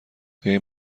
این